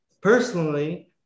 personally